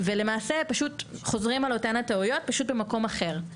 ולמעשה פשוט חוזרים על אותן הטעויות פשוט במקום אחר.